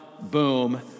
boom